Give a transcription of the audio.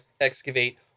excavate